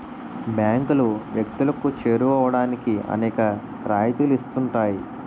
బ్యాంకులు వ్యక్తులకు చేరువవడానికి అనేక రాయితీలు ఇస్తుంటాయి